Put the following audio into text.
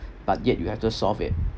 but yet you have to solve it